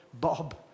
Bob